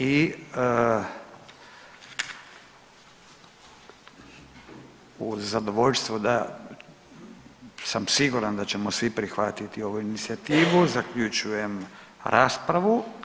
I uz zadovoljstvo da sam siguran da ćemo svi prihvatiti ovu inicijativu zaključujem raspravu.